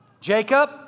Jacob